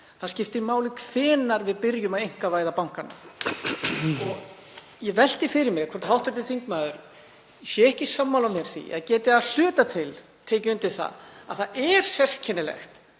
Það skiptir máli hvenær við byrjum að einkavæða bankana. Ég velti fyrir mér hvort hv. þingmaður sé ekki sammála mér í því eða geti að hluta til tekið undir að það er sérkennilegt